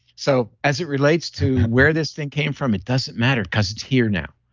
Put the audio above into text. so as it relates to where this thing came from it doesn't matter because it's here now.